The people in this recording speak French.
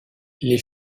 les